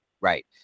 Right